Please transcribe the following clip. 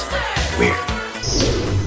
Weird